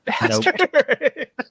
bastard